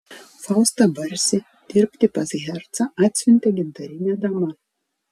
faustą barsį dirbti pas hercą atsiuntė gintarinė dama